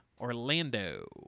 Orlando